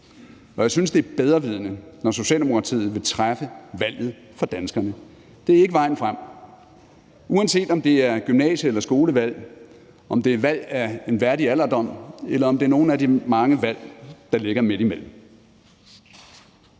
Og jeg synes, at det er bedrevidende, når Socialdemokratiet vil træffe valget for danskerne. Det er ikke vejen frem, uanset om det er gymnasie- eller skolevalg, valg af en værdig alderdom eller nogle af de mange valg, der ligger midt imellem.